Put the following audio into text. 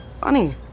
Funny